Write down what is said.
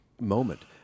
moment